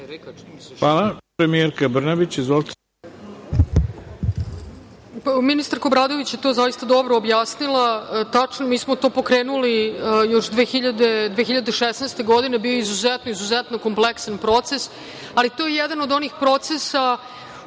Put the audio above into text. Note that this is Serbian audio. Ministarka Obradović je to zaista dobro objasnila. Tačno je, mi smo to pokrenuli još 2016. godine. Bio je izuzetno, izuzetno kompleksan proces, ali to je jedan od onih procesa